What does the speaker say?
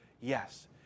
Yes